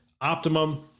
Optimum